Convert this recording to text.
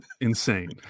Insane